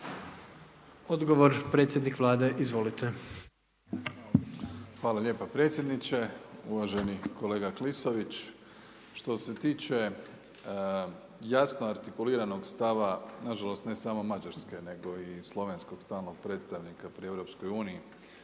Odgovor predsjednik Vlade, izvolite. **Plenković, Andrej (HDZ)** Hvala lijepa predsjedniče, uvaženi kolega Klisović. Što se tiče jasno artikuliranog stava na žalost ne samo Mađarske nego i slovenskog stalnog predstavnika pri EU na